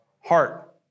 Heart